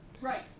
Right